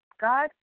God